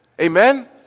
Amen